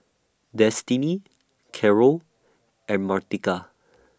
Destini Carroll and Martika